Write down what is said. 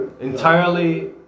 entirely